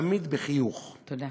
תמיד בחיוך, תודה.